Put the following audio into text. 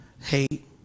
hate